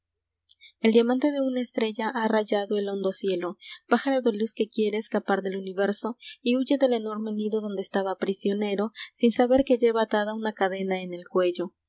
diamante de una estrella e ha rayado el hondo cielo pájaro de luz que quiere escapar del universo y huye del enorme nido donde estaba prisionero sin saber que lleva atada una cadena en el cuello